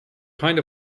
kind